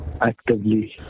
Actively